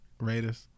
Raiders